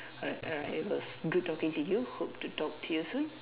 alright alright it was good talking to you hope to talk to you soon